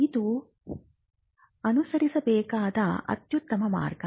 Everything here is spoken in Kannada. ಇದು ಅನುಸರಿಸಬೇಕಾದ ಅತ್ಯುತ್ತಮ ಮಾರ್ಗ